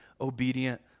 obedient